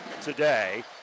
today